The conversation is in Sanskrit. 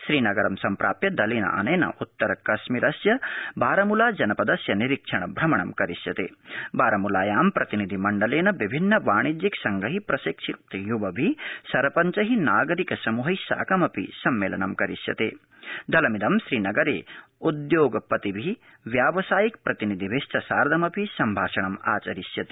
श्रीनगरं सम्प्राप्य दलक्ष्मिक्किउत्तर कश्मीरस्य बारामूला जनपदस्य निरीक्षण भ्रमणं करिष्यत बारामूलायां प्रतिनिधिमण्डल विभिन्न वाणिज्यिक संघै प्रशिक्षितय्वभि सरपञ्चै नागरिकसमूहै साकमपि सम्मद्विय्यता क्रेलमिद श्रीनगरउद्योगपतिभि व्यावसायिक प्रतिनिधिभिश्च सार्धमपि सम्भाषणं करष्यति